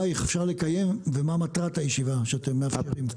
אפשר לקיים ומה מטרת הישיבה שאתם מאפשרים?